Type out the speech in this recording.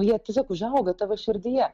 jie tiesiog užauga tavo širdyje